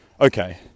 Okay